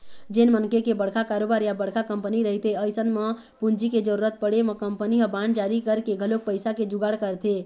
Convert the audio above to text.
जेन मनखे के बड़का कारोबार या बड़का कंपनी रहिथे अइसन म पूंजी के जरुरत पड़े म कंपनी ह बांड जारी करके घलोक पइसा के जुगाड़ करथे